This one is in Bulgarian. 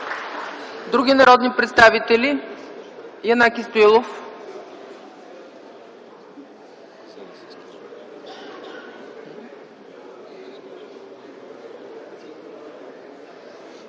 Други народни представители? Янаки Стоилов.